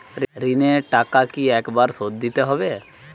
ঋণের টাকা কি একবার শোধ দিতে হবে?